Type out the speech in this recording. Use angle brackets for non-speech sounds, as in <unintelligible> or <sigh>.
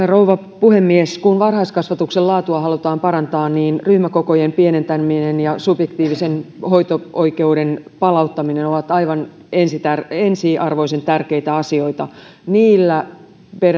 <unintelligible> rouva puhemies kun varhaiskasvatuksen laatua halutaan parantaa niin ryhmäkokojen pienentäminen ja subjektiivisen hoito oikeuden palauttaminen ovat aivan ensiarvoisen tärkeitä asioita niillä